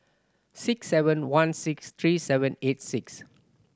six seven one six three seven eight six